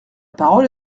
parole